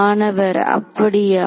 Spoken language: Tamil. மாணவர் அப்படியா